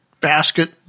basket